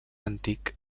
antic